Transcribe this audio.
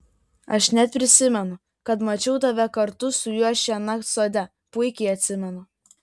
aš net prisimenu kad mačiau tave kartu su juo šiąnakt sode puikiai atsimenu